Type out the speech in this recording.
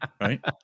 right